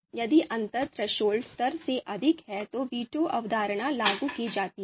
यदि अंतर threshold स्तर से अधिक है तो वीटो अवधारणा लागू की जाती है